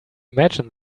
imagine